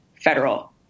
federal